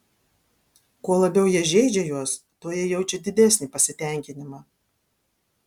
kuo labiau jie žeidžia juos tuo jie jaučia didesnį pasitenkinimą